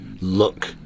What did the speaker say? look